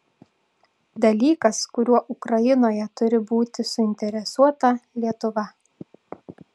dalykas kuriuo ukrainoje turi būti suinteresuota lietuva